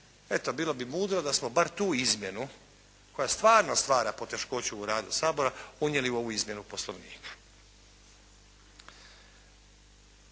Eto, bilo bi mudro da smo bar tu izmjenu koja stvarno stvara poteškoću u radu Sabora unijeli u ovu izmjenu Poslovnika.